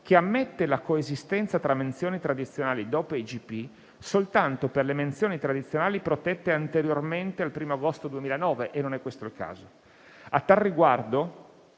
che ammette la coesistenza tra menzioni tradizionali DOP e IGP soltanto per le menzioni tradizionali protette anteriormente al 1° agosto 2009 e non è questo il caso. A tal riguardo,